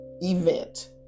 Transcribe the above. event